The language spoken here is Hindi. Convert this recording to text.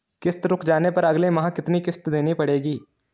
किश्त रुक जाने पर अगले माह कितनी किश्त देनी पड़ेगी?